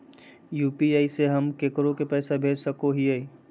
UPI से हम केकरो भी पैसा भेज सको हियै?